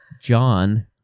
John